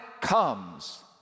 comes